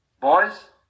boys